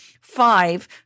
Five